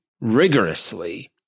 rigorously